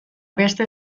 beste